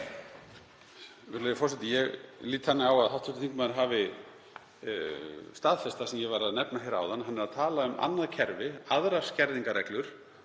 Hann er að tala um annað kerfi, aðrar skerðingarreglur,